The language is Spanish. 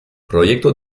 proyecto